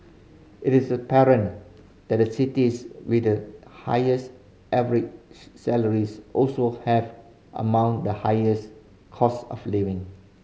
it is apparent that the cities with the highest average salaries also have among the highers cost of living